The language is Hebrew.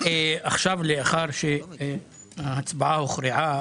עכשיו לאחר שההצבעה הוכרעה